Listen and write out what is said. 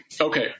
Okay